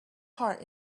heart